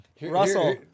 Russell